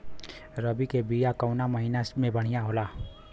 रबी के बिया कवना महीना मे बढ़ियां होला?